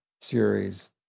series